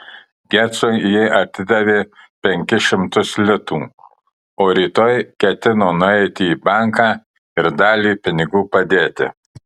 gecui ji atidavė penkis šimtus litų o rytoj ketino nueiti į banką ir dalį pinigų padėti